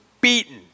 beaten